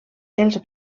els